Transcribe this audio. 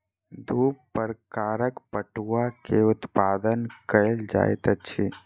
दू प्रकारक पटुआ के उत्पादन कयल जाइत अछि